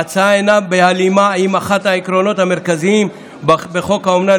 ההצעה אינה בהלימה עם אחד העקרונות המרכזיים בחוק האומנה,